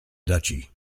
duchy